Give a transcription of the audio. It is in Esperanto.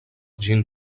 ĝin